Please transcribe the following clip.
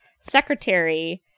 secretary